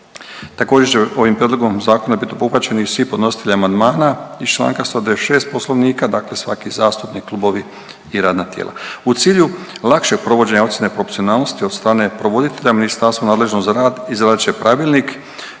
Također će ovim prijedlogom zakona bit obuhvaćeni svi podnositelji amandmana iz čl. 196. Poslovnika, dakle svaki zastupnik, klubovi i radna tijela. U cilju lakšeg provođenja ocjene proporcionalnosti od strane provoditelja ministarstvo nadležno za rad izradit će pravilnik